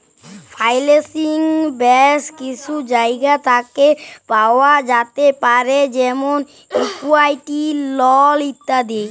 ফাইলালসিং ব্যাশ কিছু জায়গা থ্যাকে পাওয়া যাতে পারে যেমল ইকুইটি, লল ইত্যাদি